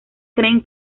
creen